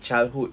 childhood